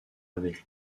avec